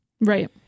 right